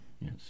Yes